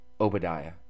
Obadiah